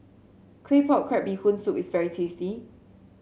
Claypot Crab Bee Hoon Soup is very tasty